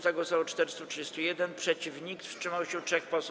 Za głosowało 431, przeciw - nikt, wstrzymało się 3 posłów.